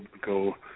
go